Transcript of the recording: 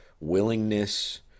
willingness